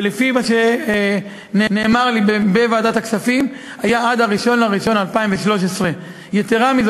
ולפי מה שנאמר לי בוועדת הכספים הוא היה עד 1 בינואר 2013. יתרה מזאת,